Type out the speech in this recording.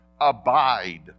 abide